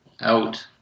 Out